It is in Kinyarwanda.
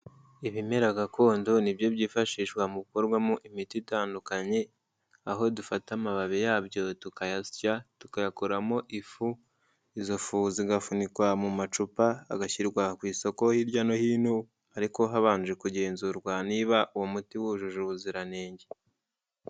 Ibimera gakondo, ni byo byifashishwa mugukorwamo imiti itandukanye, aho dufata amababi yabyo tukayasya, tukayakoramo ifu, izo fu zigafunikwa mu macupa, agashyirwa ku isoko hirya no hino, ariko habanje kugenzurwa niba uwo muti wujuje ubuziranenge.